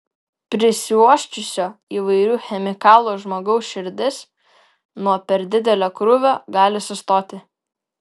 prisiuosčiusio įvairių chemikalų žmogaus širdis nuo per didelio krūvio gali sustoti